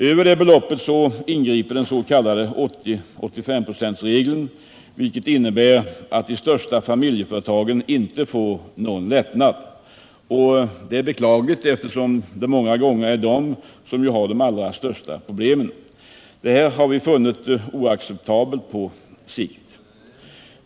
Över det beloppet ingriper den s.k. 80/85-procentsregeln, vilket innebär att de största familjeföretagen inte får någon lättnad. Det är beklagligt, eftersom det många gånger är de som har de allra största problemen. Detta förhållande har vi funnit oacceptabelt på sikt.